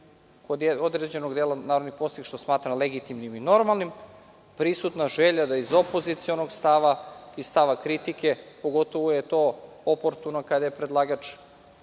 kod određenog dela narodnih poslanika, što smatram legitimnim i normalnim, prisutna želja da iz opozicionog stava, iz stava kritike, pogotovo je to oportuno kada je predlagač